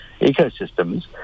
ecosystems